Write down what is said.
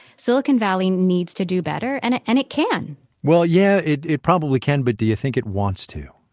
silicon valley needs to do better and and it can well, yeah, it it probably can, but do you think it wants to?